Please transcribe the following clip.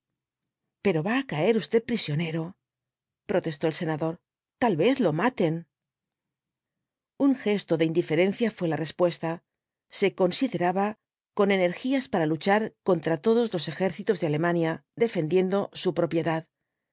pero va usted á caer prisionero protestó el senador tal vez lo maten un gesto de indiferencia fué la respuesta se consideraba con energías para luchar contra todos los ejércitos de alemania defendiendo su propiedad lo